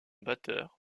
batteur